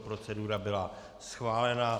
Procedura byla schválena.